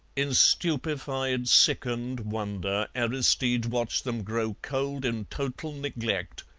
in stupefied, sickened wonder aristide watched them grow cold in total neglect,